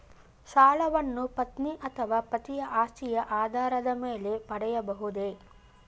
ಸಾಲವನ್ನು ಪತ್ನಿ ಅಥವಾ ಪತಿಯ ಆಸ್ತಿಯ ಆಧಾರದ ಮೇಲೆ ಪಡೆಯಬಹುದೇ?